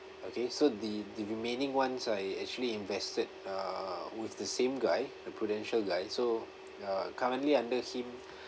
okay so the the remaining ones I actually invested uh with the same guy the Prudential guy so ya currently under him